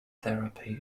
therapy